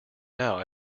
now